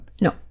No